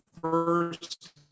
first